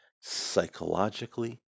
psychologically